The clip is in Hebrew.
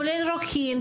כולל: רוקחים,